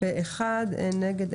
מי נגד?